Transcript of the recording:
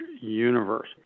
universe